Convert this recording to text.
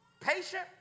patient